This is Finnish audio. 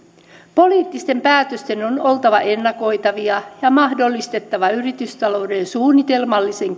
poliittisten päätösten on oltava ennakoitavia ja mahdollistettava yritystalouden suunnitelmallinen